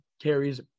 carries